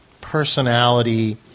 personality